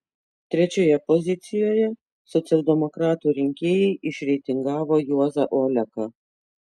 trečioje pozicijoje socialdemokratų rinkėjai išreitingavo juozą oleką